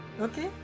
Okay